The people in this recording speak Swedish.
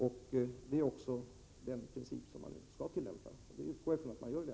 Det är den princip man skall tillämpa och jag utgår ifrån att man gör det på länsstyrelserna.